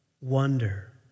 wonder